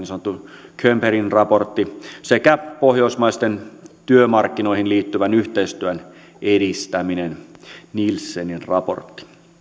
sanottu könbergin raportti sekä pohjoismaisen työmarkkinoihin liittyvän yhteistyön edistäminen nielsenin raportti